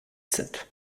sind